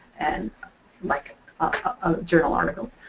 and like a journal article.